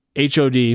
HOD